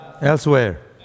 elsewhere